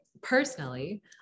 personally